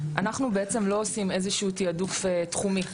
אנחנו בעצם לא עושים איזשהו תיעדוף תחומי.